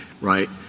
right